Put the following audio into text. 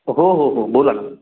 हो हो हो बोला ना